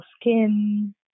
skin